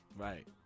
Right